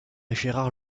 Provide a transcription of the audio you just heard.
gérard